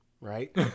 right